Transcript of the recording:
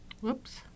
Whoops